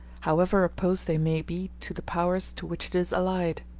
however opposed they may be to the powers to which it is allied.